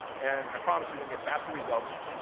and i promise you can get faster results.